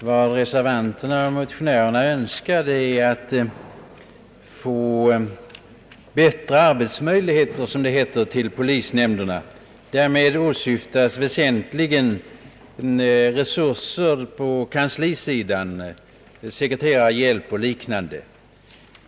Herr talman! Motionärerna och reservanterna önskar att få bättre arbetsmöjligheter, som det heter, för polisnämnderna. Därmed åsyftas väsentligen resurser på kanslisidan, sekreterarhjälp och liknande.